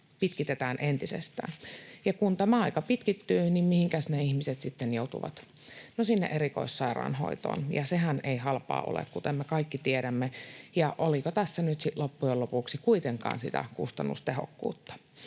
pitkitetään entisestään. Kun tämä aika pitkittyy, niin mihinkäs ne ihmiset sitten joutuvat. No, sinne erikoissairaanhoitoon, ja sehän ei halpaa ole, kuten me kaikki tiedämme. Ja oliko tässä nyt sitten loppujen lopuksi kuitenkaan sitä kustannustehokkuutta?